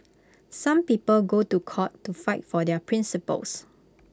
some people go to court to fight for their principles